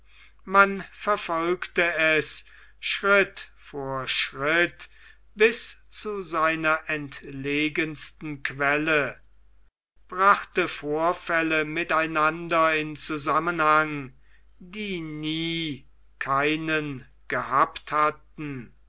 man verfolgte es schritt vor schritt bis zu seiner entlegensten quelle brachte vorfälle mit einander in zusammenhang die nie keinen gehabt hatten